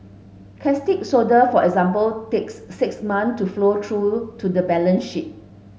caustic soda for example takes six month to flow through to the balance sheet